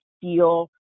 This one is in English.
feel